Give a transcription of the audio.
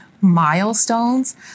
milestones